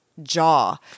Jaw